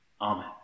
Amen